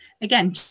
Again